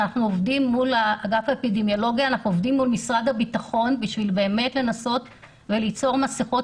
אנחנו עובדים מול משרד הביטחון כדי לנסות לייצר מסכות.